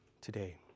today